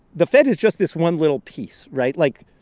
the fed is just this one little piece, right? like,